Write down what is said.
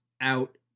out